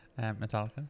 metallica